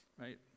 Right